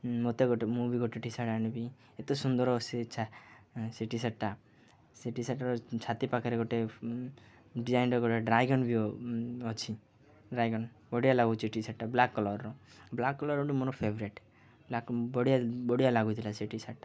ମତେ ଗୋଟେ ମୁଁ ବି ଗୋଟେ ଟିସାର୍ଟ ଆଣିବି ଏତେ ସୁନ୍ଦର ଅ ସେ ଟିସାର୍ଟଟା ସେ ଟିସାର୍ଟର ଛାତି ପାଖରେ ଗୋଟେ ଡିଜାଇନ୍ର ଗୋଟେ ଡ୍ରାଇଗନ ବି ଅଛି ଡ୍ରାଇଗନ ବଢ଼ିଆ ଲାଗୁଛି ଟିସାର୍ଟ ବ୍ଲାକ୍ କଲରର ବ୍ଲାକ୍ କଲର ଗୋଟେ ମୋର ଫେଭରେଟ୍ ବ୍ଲାକ୍ ବଢ଼ଆ ବଢିଆ ଲାଗୁଥିଲା ସେ ଟିସାର୍ଟ